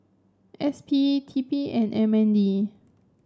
S P T P and M N D